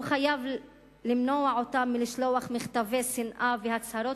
הוא חייב למנוע אותם מלשלוח מכתבי שנאה והצהרות